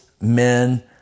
men